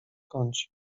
kącie